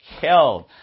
Killed